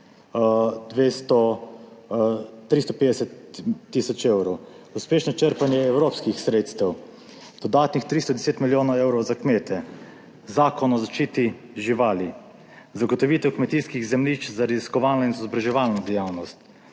350 tisoč evrov, uspešno črpanje evropskih sredstev, dodatnih 310 milijonov evrov za kmete, zakon o zaščiti živali, zagotovitev kmetijskih zemljišč za raziskovalno in izobraževalno dejavnost,